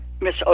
Miss